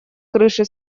крыши